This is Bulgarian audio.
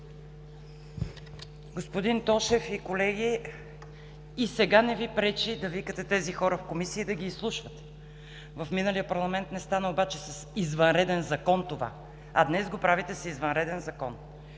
Господин Тошев и колеги, и сега не Ви пречи да викате тези хора в Комисията и да ги изслушвате. В миналия парламент не стана обаче с извънреден закон това, а днес го правите с извънреден закон.